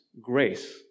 Grace